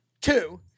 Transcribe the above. two